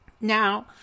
Now